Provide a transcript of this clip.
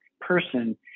person